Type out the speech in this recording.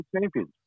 champions